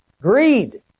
greed